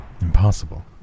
impossible